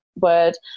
word